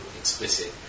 explicit